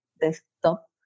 desktop